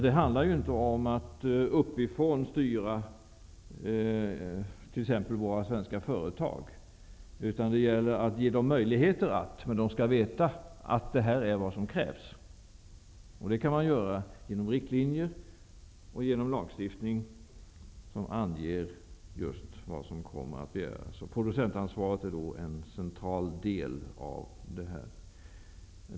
Det handlar ju inte om att styra t.ex våra svenska företag uppifrån, utan det gäller att ge dem möjligheter. Men de skall veta vad som krävs. Det kan man åstadkomma genom riktlinjer och genom lagstiftning som anger vad som kommer att begäras. Producentansvaret är en central del av detta.